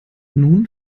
nun